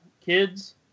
kids